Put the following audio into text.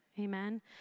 amen